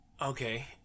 Okay